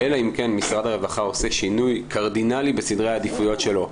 אלא אם כן משרד הרווחה עושה שינוי קרדינלי בסדרי העדיפויות שלו,